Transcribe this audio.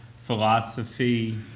philosophy